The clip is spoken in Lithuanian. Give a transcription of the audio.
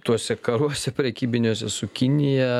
tuose karuose prekybiniuose su kinija